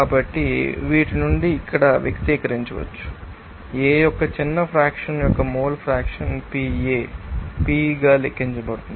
కాబట్టి వీటి నుండి ఇక్కడ వ్యక్తీకరించవచ్చు A యొక్క చిన్న ఫ్రాక్షన్ యొక్క మోల్ ఫ్రాక్షన్ PA P గా లెక్కించబడుతుంది